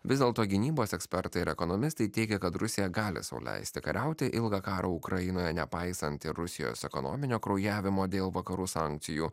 vis dėlto gynybos ekspertai ir ekonomistai teigia kad rusija gali sau leisti kariauti ilgą karą ukrainoje nepaisant ir rusijos ekonominio kraujavimo dėl vakarų sankcijų